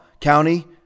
County